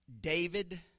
David